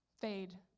fade